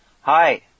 Hi